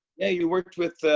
yeah you worked with,